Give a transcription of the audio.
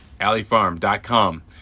AlleyFarm.com